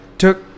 took